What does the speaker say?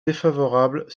défavorable